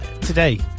Today